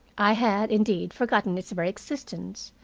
i had, indeed, forgotten its very existence,